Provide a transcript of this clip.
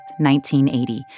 1980